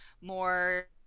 more